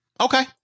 Okay